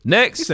Next